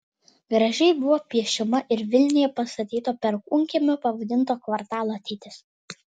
gražiai buvo piešiama ir vilniuje pastatyto perkūnkiemiu pavadinto kvartalo ateitis